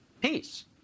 peace